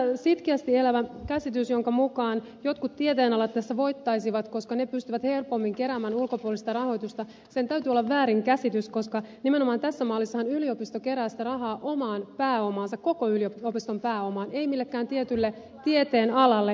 tämän sitkeästi elävän käsityksen jonka mukaan jotkut tieteenalat tässä voittaisivat koska ne pystyvät helpommin keräämään ulkopuolista rahoitusta täytyy olla väärinkäsitys koska nimenomaan tässä mallissahan yliopisto kerää sitä rahaa omaan pääomaansa koko yliopiston pääomaan ei millekään tietylle tieteenalalle